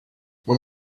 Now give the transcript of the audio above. when